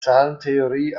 zahlentheorie